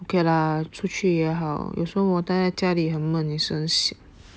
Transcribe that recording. okay lah 出去也好有时候我呆在家里很闷也是